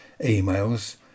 emails